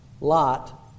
Lot